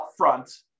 upfront